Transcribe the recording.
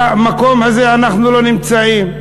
במקום הזה אנחנו לא נמצאים.